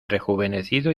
rejuvenecido